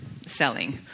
selling